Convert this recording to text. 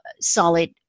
solid